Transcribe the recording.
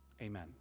Amen